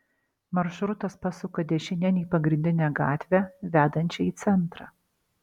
maršrutas pasuka dešinėn į pagrindinę gatvę vedančią į centrą